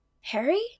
Harry